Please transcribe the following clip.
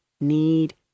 need